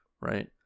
Right